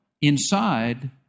inside